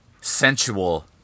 sensual